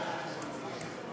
של מרן הגאון רבי אליעזר מנחם שך,